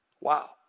Wow